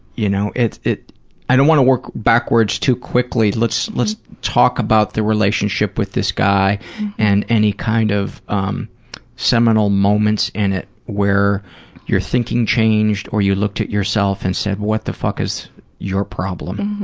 you know it it i don't wanna work backwards too quickly. let's let's talk about the relationship with this guy and any kind of um seminal moments and where your thinking changed or you looked at yourself and said, what the fuck is your problem?